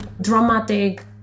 dramatic